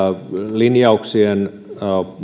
linjauksien